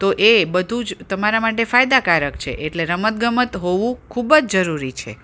તો એ બધું જ તમારા માટે ફાયદાકારક છે એટલે રમત ગમત હોવું ખૂબ જ જરૂરી છે